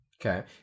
Okay